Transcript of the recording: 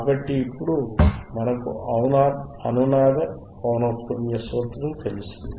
కాబట్టి ఇప్పుడు మనకు అనునాద పౌనఃపున్య సూత్రము తెలిసింది